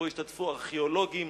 שבו ישתתפו ארכיאולוגים,